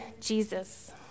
Jesus